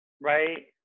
right